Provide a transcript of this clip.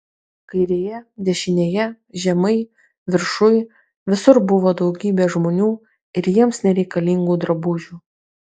kairėje dešinėje žemai viršuj visur buvo daugybė žmonių ir jiems nereikalingų drabužių